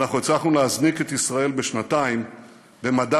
אנחנו הצלחנו להזניק את ישראל בשנתיים במדד